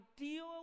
ideal